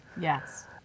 Yes